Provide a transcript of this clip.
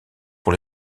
pour